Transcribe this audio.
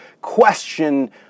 Question